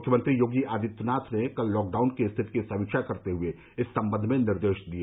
मुख्यमंत्री योगी आदित्यनाथ ने कल लॉकडाउन की स्थिति की समीक्षा करते हुए इस सम्बंध में निर्देश दिए